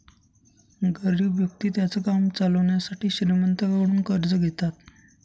गरीब व्यक्ति त्यांचं काम चालवण्यासाठी श्रीमंतांकडून कर्ज घेतात